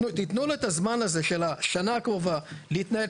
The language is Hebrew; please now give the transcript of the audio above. תנו לו את הזמן הזה של השנה הקרובה להתנהל,